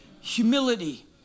Humility